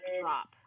drop